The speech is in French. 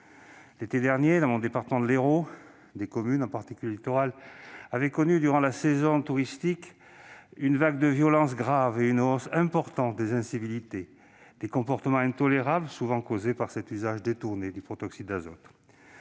L'été dernier, dans mon département de l'Hérault, des communes, en particulier littorales, ont connu durant la saison touristique une vague de violences graves et une hausse importante des incivilités, des comportements intolérables souvent causés par cet usage détourné du protoxyde d'azote.